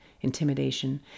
intimidation